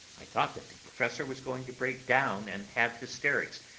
i thought that the professor was going to break down and have hysterics,